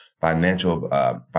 financial